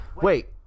Wait